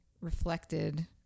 reflected